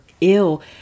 ill